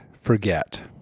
forget